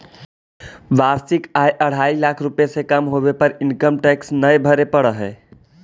वार्षिक आय अढ़ाई लाख रुपए से कम होवे पर इनकम टैक्स न भरे पड़ऽ हई